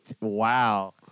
Wow